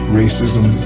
racism